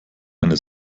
eine